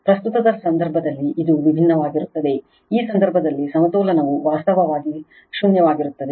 ಪ್ರಸ್ತುತದ ಸಂದರ್ಭದಲ್ಲಿ ಇದು ವಿಭಿನ್ನವಾಗಿರುತ್ತದೆ ಈ ಸಂದರ್ಭದಲ್ಲಿ ಸಮತೋಲನವು ವಾಸ್ತವವಾಗಿ ಶೂನ್ಯವಾಗಿರುತ್ತದೆ